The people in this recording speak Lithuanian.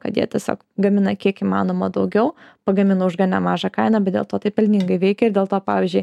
kad jie tieisog gamina kiek įmanoma daugiau pagamina už gan nemažą kainą bet dėl to tai pelningai veikia ir dėl to pavyzdžiui